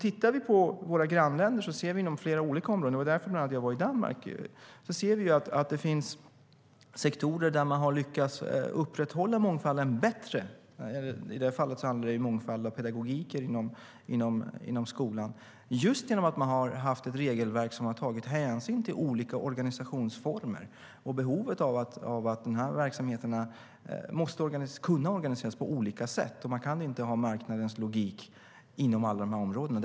Tittar vi på våra grannländer, vilket bland annat var anledningen till att jag besökte Danmark, ser vi att det finns sektorer där man har lyckats upprätthålla mångfalden bättre - i det här fallet handlade det om mångfalden av pedagogik i skolan - just för att man haft ett regelverk som tagit hänsyn till olika organisationsformer och till att verksamheternas skilda behov måste kunna organiseras på olika sätt. Man kan inte ha marknadens logik inom alla de här områdena.